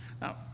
Now